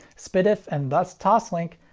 so pdif, and thus toslink,